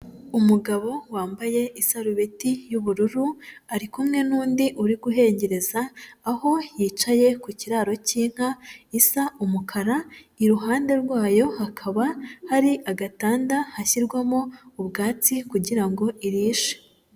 Umugabo wambaye isarubeti y'ubururu, ari kumwe n'undi uri guhengereza, aho yicaye ku kiraro cy'inka isa umukara, iruhande rwayo hakaba hari agatanda hashyirwamo ubwatsi kugira ngo irishe.